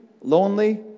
lonely